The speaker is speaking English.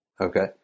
okay